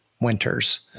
winters